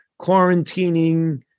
quarantining